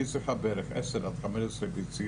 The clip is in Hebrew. היא צריכה בערך 10 עד 15 ביציות,